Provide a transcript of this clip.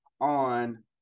on